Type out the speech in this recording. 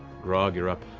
grog, you're up.